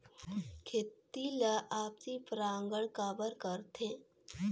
खेती ला आपसी परागण काबर करथे?